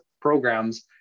programs